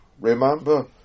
remember